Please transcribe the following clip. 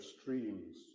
streams